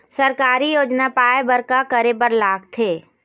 सरकारी योजना पाए बर का करे बर लागथे?